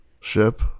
ship